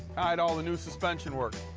hide all the new suspension work.